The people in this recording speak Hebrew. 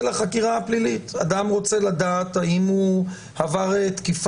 אבל אני אומרת שהבדיקה הפשוטה האם זה זרע או לא היא לא מספיקה,